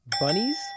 Bunnies